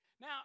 Now